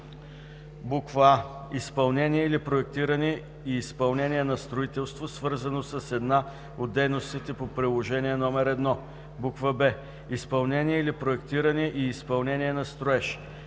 а) изпълнение или проектиране и изпълнение на строителство, свързано с една от дейностите по приложение № 1; б) изпълнение или проектиране и изпълнение на строеж;